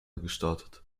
gestartet